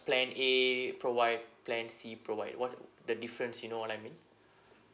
plan A provide plan C provide what the difference you know what I mean